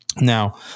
Now